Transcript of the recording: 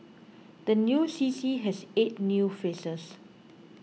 the new C C has eight new faces